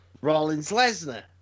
Rollins-Lesnar